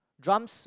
drums